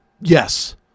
Yes